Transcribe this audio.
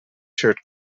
shirt